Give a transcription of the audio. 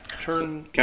Turn